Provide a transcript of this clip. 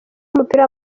w’umupira